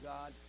God